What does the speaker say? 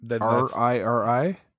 R-I-R-I